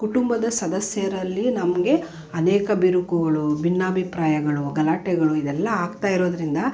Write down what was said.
ಕುಟುಂಬದ ಸದಸ್ಯರಲ್ಲಿ ನಮಗೆ ಅನೇಕ ಬಿರುಕುಗಳು ಭಿನ್ನಾಭಿಪ್ರಾಯಗಳು ಗಲಾಟೆಗಳು ಇದೆಲ್ಲ ಆಗ್ತಾಯಿರೋದರಿಂದ